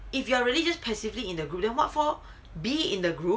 if you are really just passively in the group then what for being in the group